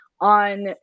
on